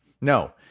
No